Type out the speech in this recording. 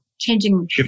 changing